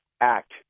act